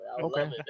okay